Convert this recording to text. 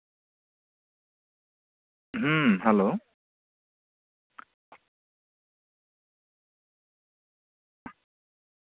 ᱦᱩᱸ ᱦᱮᱞᱳ